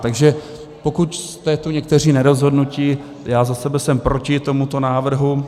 Takže pokud jste tu někteří nerozhodnutí já za sebe jsem proti tomuto návrhu.